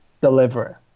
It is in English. deliver